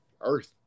Earth